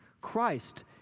Christ